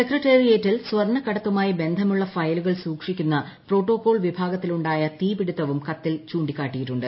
സെക്രട്ടറിയേറ്റിൽ സ്വർണ്ണ കടത്തുമായി ബന്ധമുള്ള ഫയലുകൾ സൂക്ഷിക്കുന്ന പ്രോട്ടോക്കോൾ വിഭാഗത്തിലുണ്ടായ തീപ്പിടുത്തവും കത്തിൽ ചൂണ്ടിക്കാട്ടിയിട്ടുണ്ട്